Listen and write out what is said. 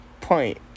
Point